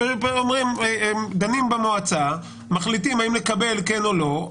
הם דנים במועצה, מחליטים האם לקבל או לא,